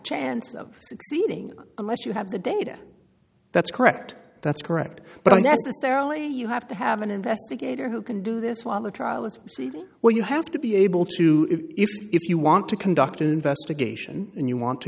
chance of succeeding unless you have the data that's correct that's correct but necessarily you have to have an investigator who can do this while a trial let's see what you have to be able to if you want to conduct an investigation and you want to